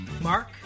Mark